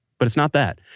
but, it's not that.